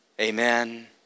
Amen